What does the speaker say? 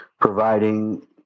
providing